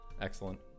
Excellent